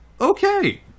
Okay